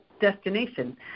destination